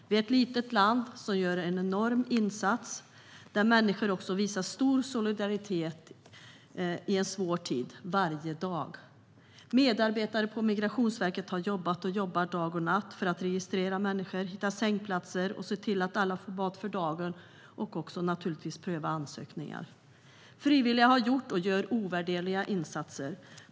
Vi är ett litet land som gör en enorm insats, där människor visar stor solidaritet i en svår tid - varje dag. Medarbetare på Migrationsverket har jobbat och jobbar dag och natt för att registrera människor, hitta sängplatser och se till att alla får mat för dagen och, naturligtvis, prövar ansökningar. Frivilliga har gjort och gör ovärderliga insatser.